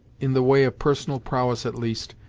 in the way of personal prowess at least,